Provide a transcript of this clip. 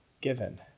given